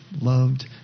loved